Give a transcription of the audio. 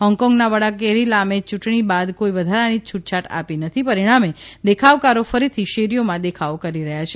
હોંગકોગનાં વડા કેરી લામે યૂંટણી બાદ કોઈ વધારાની છૂટછાટ આપી નથી પરિણામે દેખાવકારો ફરીથી શેરીઓમાં દેખાવો કરી રહ્યા છે